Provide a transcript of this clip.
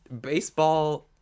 Baseball